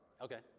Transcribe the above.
Okay